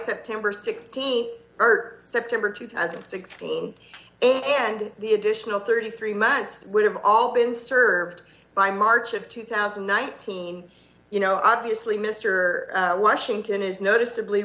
september th or september two thousand and sixteen and the additional thirty three months would have all been served by march of two thousand and nineteen you know obviously mister washington is noticeably